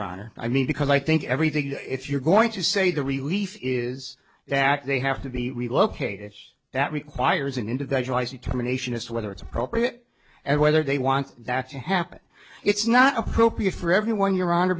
honor i mean because i think everything if you're going to say the relief is that they have to be relocated it's that requires an individualized terminations as to whether it's appropriate and whether they want that to happen it's not appropriate for everyone your honor